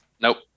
Nope